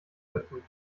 verbrüht